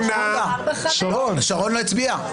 שרון, לא הצביעה.